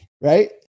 right